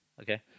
Okay